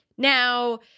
Now